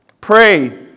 Pray